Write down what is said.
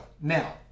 Now